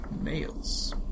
Nails